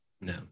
No